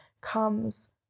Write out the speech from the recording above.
comes